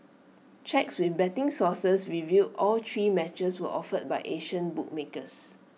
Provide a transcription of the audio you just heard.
checks with betting sources revealed all three matches were offered by Asian bookmakers